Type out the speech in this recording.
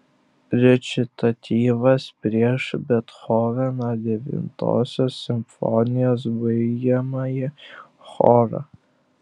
rečitatyvas prieš bethoveno devintosios simfonijos baigiamąjį chorą